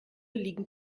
liegen